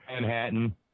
Manhattan